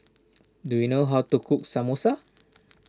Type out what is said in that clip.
do you know how to cook Samosa